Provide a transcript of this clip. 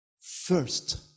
First